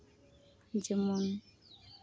ᱡᱮᱢᱚᱱ